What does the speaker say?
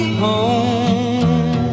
home